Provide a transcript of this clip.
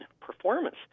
performance